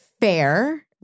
fair